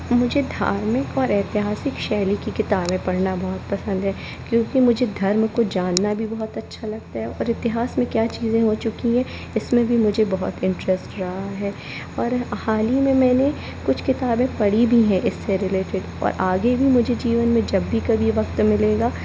मुझे धार्मिक और ऐतिहासिक शैली की किताबे पढ़ना बहुत पसंद है क्योंकि मुझे धर्म को जानना भी बहुत अच्छा लगता है और इतिहास में क्या चीज़ें हो चुकी हैं इसमें भी मुझे बहुत इंटरेस्ट रहा है और हाल ही में मैंने कुछ किताबें पढ़ी भी हैं इससे रिलेटेड और आगे भी मुझे जीवन में जब भी कभी वक्त मिलेगा